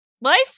Life